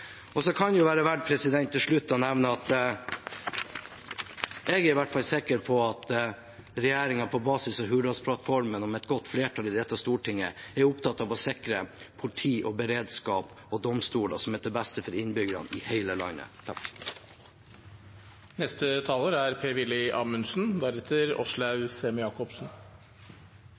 kan til slutt være verdt å nevne at jeg i hvert fall er sikker på at regjeringen, på basis av Hurdalsplattformen og med et godt flertall i dette storting, er opptatt av å sikre et politi, en beredskap og domstoler som er til det beste for innbyggerne i hele landet. Det er svært interessant å registrere at dette er